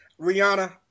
Rihanna